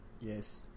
Yes